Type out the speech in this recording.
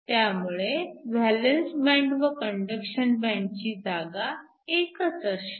त्यामुळे valence band व conduction band ची जागा एकच असणार